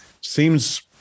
seems